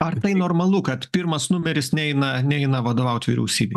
ar tai normalu kad pirmas numeris neina neina vadovaut vyriausybei